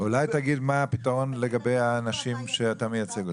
אולי תגיד מה הפתרון לגבי האנשים שאתה מייצג.